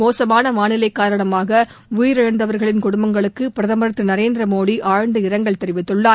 மோசமான வானிலை காரணமாக உயிரிழந்தவர்களின் குடும்பங்களுக்கு பிரதமர் திரு நரேந்திர மோடி ஆழ்ந்த இரங்கல் தெரிவித்துள்ளார்